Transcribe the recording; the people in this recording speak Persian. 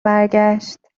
برگشت